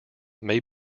may